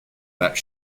that